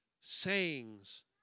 sayings